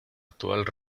actual